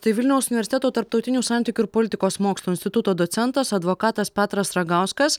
tai vilniaus universiteto tarptautinių santykių ir politikos mokslų instituto docentas advokatas petras ragauskas